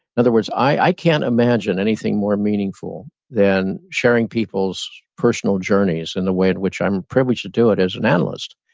in other words, i can't imagine anything more meaningful than sharing people's personal journeys in the way at which i'm privileged to do it as an analyst.